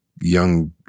young